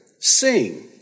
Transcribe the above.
Sing